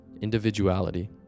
individuality